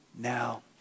Now